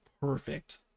Perfect